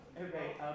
Okay